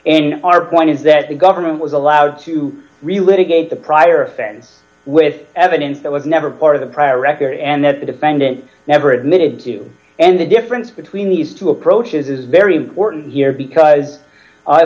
and our point is that the government was allowed to relate a gate the prior offense with evidence that was never part of the prior record and that the defendant never admitted to and the difference between these two approaches is very important here because